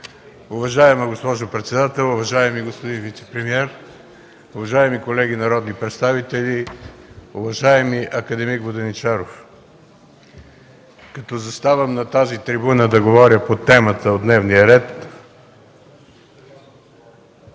Уважаема госпожо председател, уважаеми господин вицепремиер, уважаеми колеги народни представители! Уважаеми академик Воденичаров, като заставам на тази трибуна да говоря по темата от дневния ред...